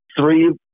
three